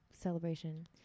celebration